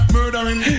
Murdering